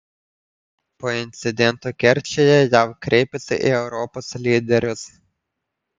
po incidento kerčėje jav kreipiasi į europos lyderius